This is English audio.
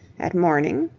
at morning,